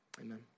amen